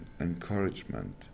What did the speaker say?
encouragement